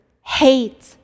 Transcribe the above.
hate